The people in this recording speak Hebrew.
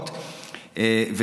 אני מזמין מפה את נציגי האוצר,